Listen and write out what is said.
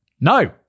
no